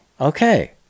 Okay